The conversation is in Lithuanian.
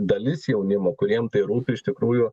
dalis jaunimo kuriem tai rūpi iš tikrųjų